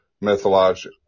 mythology